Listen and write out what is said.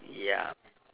ya